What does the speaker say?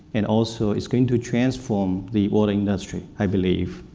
and also it's going to transform the oil industry, i believe.